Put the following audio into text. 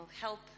help